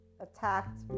attacked